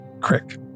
Crick